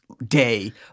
day